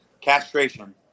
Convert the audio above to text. castration